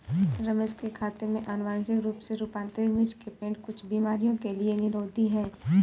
रमेश के खेत में अनुवांशिक रूप से रूपांतरित मिर्च के पेड़ कुछ बीमारियों के लिए निरोधी हैं